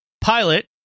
Pilot